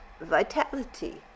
vitality